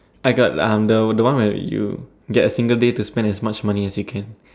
I got um the the one where you get a single day to spend as much money as you can